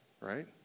right